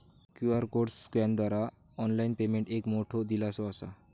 QR code स्कॅनरद्वारा online payment एक मोठो दिलासो असा